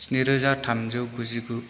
स्नि रोजा थामजौ गुजिगु